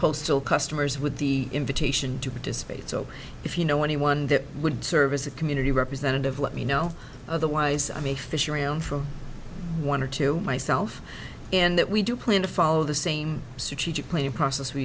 postal customers with the invitation to participate so if you know anyone that would serve as a community representative let me know otherwise i may fish around for one or two myself and that we do plan to follow the same playing process we